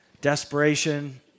desperation